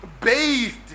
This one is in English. bathed